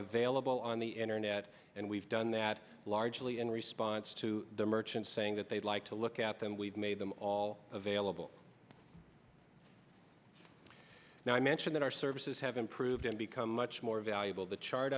available on the internet and we've done that largely in response to the merchants saying that they like to look at them we've made them all available now i mention that our services have improved and become much more valuable the chart